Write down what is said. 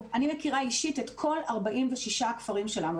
אני מכירה אישית את כל 46 הכפרים שלנו.